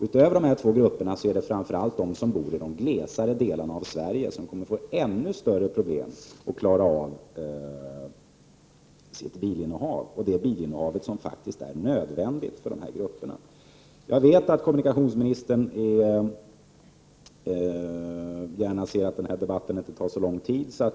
Utöver de båda grupperna kommer framför allt de som bor i mer glesbefolkade delar av Sverige att få ännu större problem att klara av sitt bilinnehav, och bilinnehavet är faktiskt nödvändigt för de grupperna. Jag vet att kommunikationsministern gärna ser att den här debatten inte tar så lång tid.